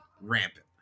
Rampant